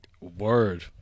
Word